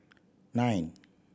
nine